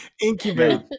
Incubate